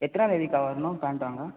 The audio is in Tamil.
எத்தனாந்தேதிக்கா வரணும் பேண்ட் வாங்க